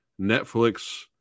Netflix